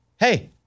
Hey